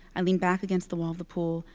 i lean back against the wall of the pool,